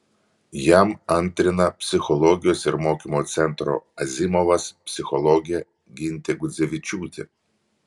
jam antrina psichologijos ir mokymų centro azimovas psichologė gintė gudzevičiūtė